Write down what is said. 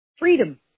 Freedom